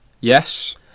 Yes